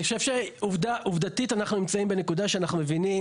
אני חושב שעובדתית אנחנו נמצאים בנקודה שאנחנו מבינים